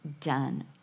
done